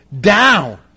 down